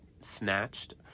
snatched